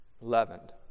leavened